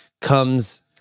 Comes